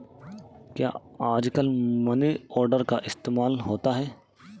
क्या आजकल money order का इस्तेमाल होता है?